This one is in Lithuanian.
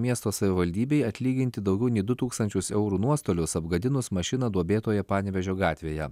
miesto savivaldybei atlyginti daugiau nei du tūkstančius eurų nuostolius apgadinus mašiną duobėtoje panevėžio gatvėje